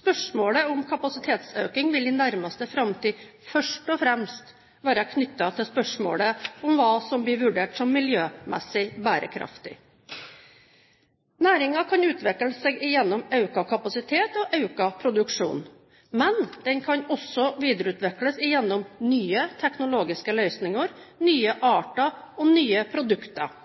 Spørsmålet om kapasitetsøkning vil i nærmeste framtid først og fremst være knyttet til spørsmålet om hva som blir vurdert som miljømessig bærekraftig. Næringen kan utvikle seg gjennom økt kapasitet og økt produksjon. Men den kan også videreutvikles gjennom nye teknologiske løsninger, nye arter og nye produkter.